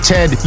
Ted